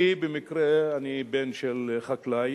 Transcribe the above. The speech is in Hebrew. אני במקרה בן של חקלאי.